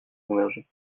convergé